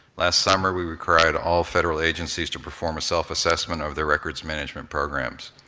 last summer we required all federal agencies to perform a self-assessment of their records management programs.